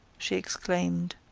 she exclaimed.